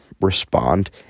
respond